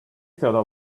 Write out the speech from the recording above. thought